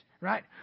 right